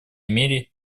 мере